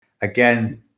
again